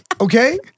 Okay